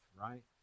right